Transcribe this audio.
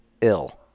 ill